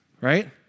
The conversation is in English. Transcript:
right